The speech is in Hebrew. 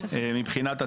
מבחינת הטענות.